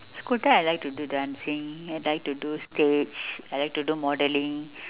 school time I like to do dancing I like to do stage I like to do modelling